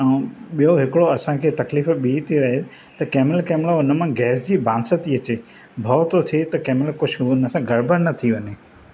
ऐं ॿियो हिकिड़ो असांखे तकलीफ़ बि थी रहे त कंहिं महिल कंहिं महिल उन मां गैस जी बांस थी अचे भउ थो थिए कंहिं महिल कुझु उन सां गड़िॿड़ि न थी वञे